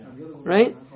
right